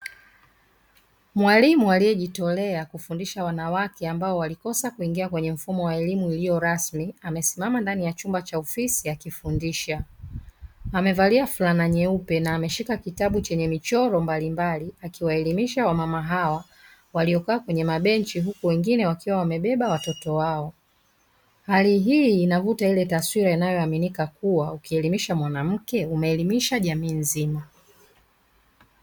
Mwalimu aliyejitolea kufundisha wanawake ambao walikosa kuingia kwenye mfumo wa elimu iliyo rasmi, amesimama ndani ya chumba cha ofisi akifundisha. Amevalia fulana nyeupe na ameshika kitabu chenye michoro mbalimbali akiwaelimisha wamama hawa waliokaa kwenye mabenchi huku wengine wakiwa wamebeba watoto wao. Hali hii inavuta ile taswira inayoaminika kuwa ukielimisha mwanamke, umeelimisha jamii nzima.